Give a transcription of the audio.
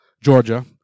Georgia